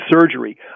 surgery